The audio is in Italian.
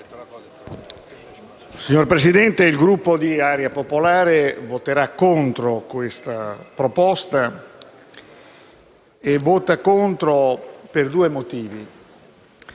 Signor Presidente, il Gruppo di Area Popolare voterà contro questa proposta, per due motivi.